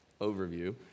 overview